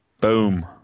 Boom